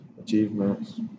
achievements